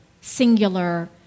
singular